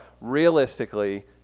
realistically